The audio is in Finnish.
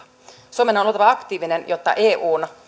suomen on oltava aktiivinen jotta eun